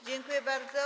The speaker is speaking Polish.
Dziękuję bardzo.